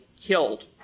killed